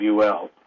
UL